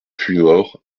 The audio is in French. puymaure